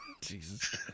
Jesus